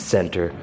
Center